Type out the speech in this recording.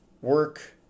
work